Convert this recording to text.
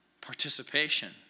participation